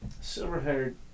silver-haired